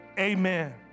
Amen